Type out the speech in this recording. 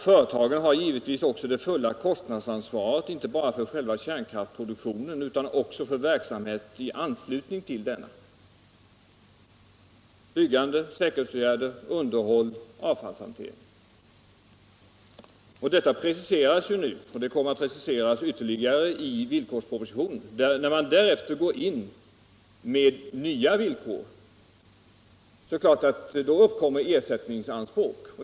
Företagen har givetvis också det fulla kostnadsansvaret, inte bara för själva kärnkraftsproduktionen utan även för verksamhet i anslutning till denna: byggande, säkerhetsåtgärder, underhåll och avfallshantering. Dessa preciseras nu och kommer att preciseras ytterligare i villkorspropositionen. När man därefter går in med nya villkor är det klart att ersättningsanspråk uppkommer.